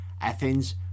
Athens